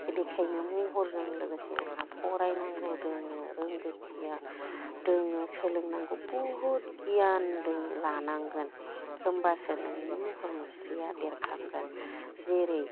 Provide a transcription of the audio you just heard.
बेखायनो महरजों लोगोसे आंहा फरायनांगौ दोङो रोंगोथिया दोङो सोलोंनांगौ बुहुद गियानदों लानांगोन होमब्लासो नोंनि महर मुस्रिया बेरखांगोन जेरै